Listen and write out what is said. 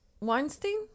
Weinstein